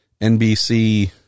nbc